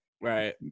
Right